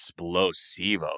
explosivo